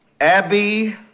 Abby